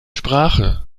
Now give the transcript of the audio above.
sprache